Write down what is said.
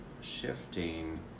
shifting